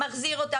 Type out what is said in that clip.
מחזיר אותו.